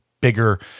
bigger